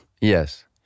Yes